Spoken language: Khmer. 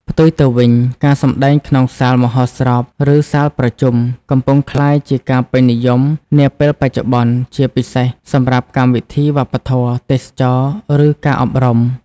ផ្ទុយទៅវិញ ការសម្តែងក្នុងសាលមហោស្រព ឬសាលប្រជុំ កំពុងក្លាយជាការពេញនិយមនាពេលបច្ចុប្បន្ន ជាពិសេសសម្រាប់កម្មវិធីវប្បធម៌ ទេសចរណ៍ ឬការអប់រំ។